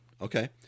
Okay